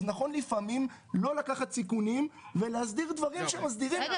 אז נכון לפעמים לא לקחת סיכונים ולהסדיר דברים שמסדירים --- אתה